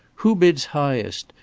who bids highest?